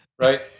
right